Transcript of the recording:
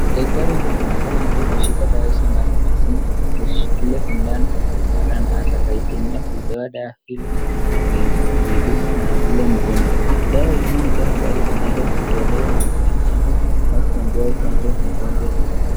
Daktari huyo anaonekana akiwa ameshika dawa hizi ambazo ni vaccine na kushikilia sindano ambayo atakayoitumia kuitoa dawa hili na kuidunga na ule mgonjwa. Dawa hizi ni dawa ambazo zinaweza kutolewa na kuitibu au kumpea chanjo mgonjwa huyo.